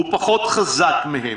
הוא פחות חזק מהם